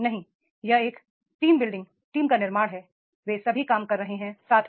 नहीं यह एक टीम बि ल्डिंग है वे सभी काम कर रहे हैं साथ में